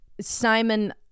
Simon